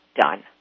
done